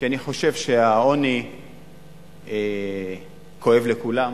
כי אני חושב שהעוני כואב לכולם.